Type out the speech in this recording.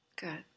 Good